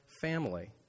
family